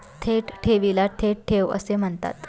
थेट ठेवीला थेट ठेव असे म्हणतात